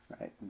right